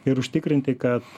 ir užtikrinti kad